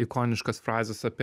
ikoniškas frazes apie